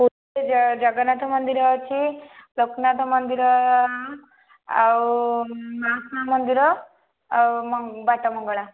ପୁରୀରେ ଜଗନ୍ନାଥ ମନ୍ଦିର ଅଛି ଲୋକନାଥ ମନ୍ଦିର ଆଉ ମାଉସୀ ମାଁ ମନ୍ଦିର ଆଉ ବାଟ ମଙ୍ଗଳା